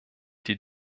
die